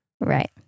Right